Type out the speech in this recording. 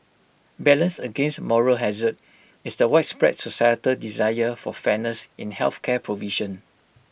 balanced against moral hazard is the widespread societal desire for fairness in health care provision